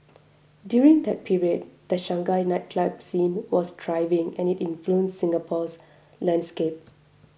during that period the Shanghai nightclub scene was thriving and it influenced Singapore's landscape